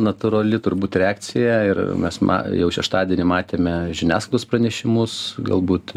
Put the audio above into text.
natūrali turbūt reakcija ir mes ma jau šeštadienį matėme žiniasklaidos pranešimus galbūt